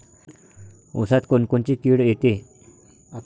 ऊसात कोनकोनची किड येते?